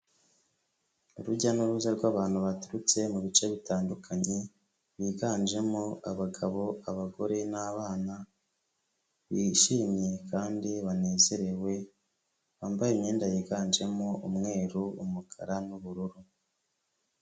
Urujya n'uruza rw'abantu baturutse mu bice bitandukanye, biganjemo abagabo, abagore n'abana, bishimye kandi banezerewe, bambaye imyenda yiganjemo umweru, umukara n'ubururu.